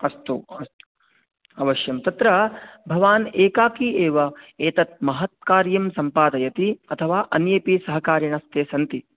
अस्तु अस्तु अवश्यं तत्र भवान् एकाकी एव एतत् महत् कार्यं सम्पादयति अथवा अन्येपि सहकारिणस्ते सन्ति